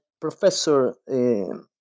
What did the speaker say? professor